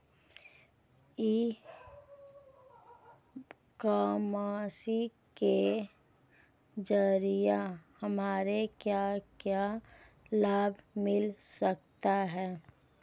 ई commerce के ज़रिए हमें क्या क्या लाभ मिल सकता है?